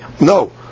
no